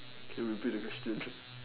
can you repeat the question